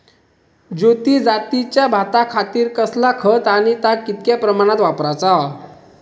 ज्योती जातीच्या भाताखातीर कसला खत आणि ता कितक्या प्रमाणात वापराचा?